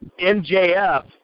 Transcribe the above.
MJF